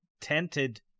Tented